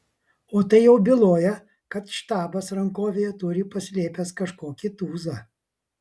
o tai jau byloja kad štabas rankovėje turi paslėpęs kažkokį tūzą